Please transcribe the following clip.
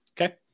Okay